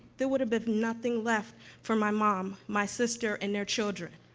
there would have been nothing left for my mom, my sister, and their children.